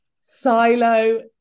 Silo